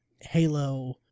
Halo